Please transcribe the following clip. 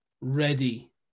Ready